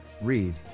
Read